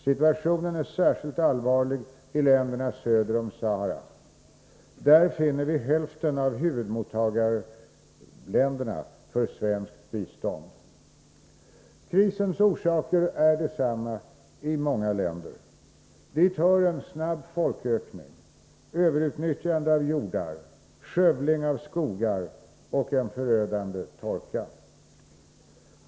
Situationen är särskilt allvarlig i länderna söder om Sahara. Där finner vi hälften av huvudmottagarländerna för svenskt bistånd. Krisens orsaker är desamma i många länder. Dit hör en snabb folkökning, överutnyttjande av jordar, skövling av skogar och en förödande torka.